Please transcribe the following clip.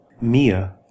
Mia